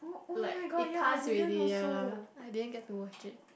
like it passed already ya I didn't get to watch it